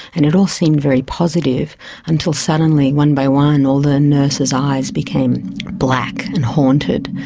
and it all seemed very positive until suddenly one by one all the nurses' eyes became black and haunted,